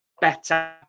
better